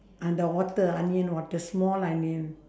and the water onion water small onion